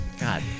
God